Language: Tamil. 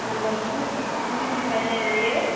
நம்பர் முந்நூத் முந்நூற்றி பதினேழு ஏ